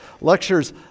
Lectures